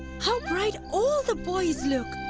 how bright all the boys look!